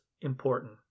important